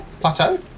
Plateau